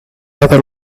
other